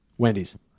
Wendy's